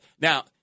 Now